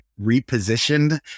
repositioned